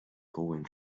going